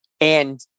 And-